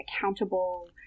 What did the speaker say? accountable